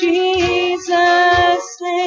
Jesus